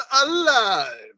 alive